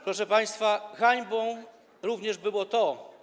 Proszę państwa, hańbą również było to.